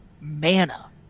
mana